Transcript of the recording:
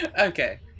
Okay